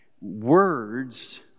words